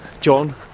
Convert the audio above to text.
John